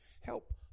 help